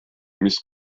mis